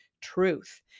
truth